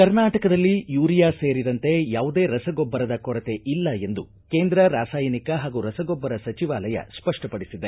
ಕರ್ನಾಟಕದಲ್ಲಿ ಯೂರಿಯಾ ಸೇರಿದಂತೆ ಯಾವುದೇ ರಸಗೊಬ್ಬರದ ಕೊರತೆ ಇಲ್ಲ ಎಂದು ಕೇಂದ್ರ ರಾಸಾಯನಿಕ ಹಾಗೂ ರಸಗೊಬ್ಬರ ಸಚಿವಾಲಯ ಸ್ಪಷ್ಟಪಡಿಸಿದೆ